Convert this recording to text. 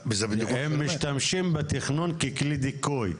הם משתמשים בתכנון ככלי דיכוי.